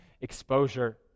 exposure